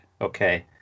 Okay